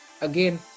again